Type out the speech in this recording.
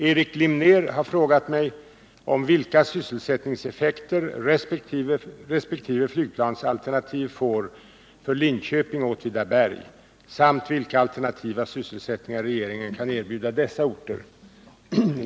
Erik Glimnér har frågat mig om vilka sysselsättningseffekter resp. flygplansalternativ får för Linköping och Åtvidaberg samt vilka alternativa sysselsättningar regeringen kan erbjuda dessa orter.